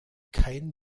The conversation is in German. kein